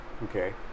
Okay